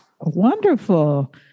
Wonderful